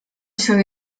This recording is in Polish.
się